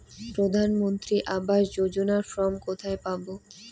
প্রধান মন্ত্রী আবাস যোজনার ফর্ম কোথায় পাব?